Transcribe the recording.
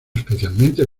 especialmente